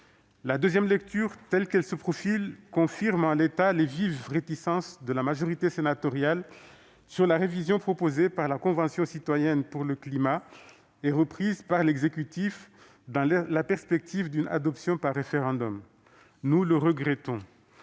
La deuxième lecture, telle qu'elle se profile, confirme en l'état les vives réticences de la majorité sénatoriale sur la révision proposée par la Convention citoyenne pour le climat et reprise par l'exécutif dans la perspective d'une adoption par référendum. Nous le regrettons.